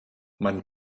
man